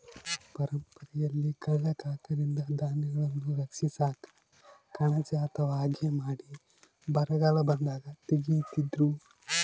ಪರಂಪರೆಯಲ್ಲಿ ಕಳ್ಳ ಕಾಕರಿಂದ ಧಾನ್ಯಗಳನ್ನು ರಕ್ಷಿಸಾಕ ಕಣಜ ಅಥವಾ ಹಗೆ ಮಾಡಿ ಬರಗಾಲ ಬಂದಾಗ ತೆಗೀತಿದ್ರು